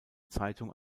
zeitung